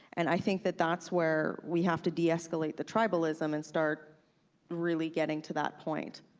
and i think that that's where we have to deescalate the tribalism and start really getting to that point.